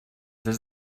des